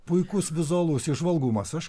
puikus vizualus įžvalgumas aš